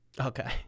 Okay